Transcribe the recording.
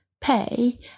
pay